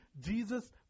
Jesus